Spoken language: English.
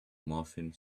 morphine